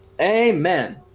Amen